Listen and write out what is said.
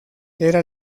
era